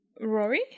Rory